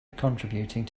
contributing